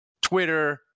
Twitter